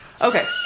Okay